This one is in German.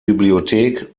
bibliothek